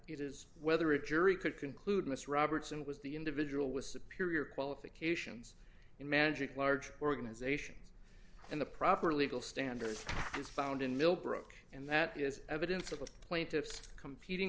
it is whether a jury could conclude mr robertson was the individual with the period qualifications in magic large organizations and the proper legal standard is found in millbrook and that is evidence of the plaintiff's competing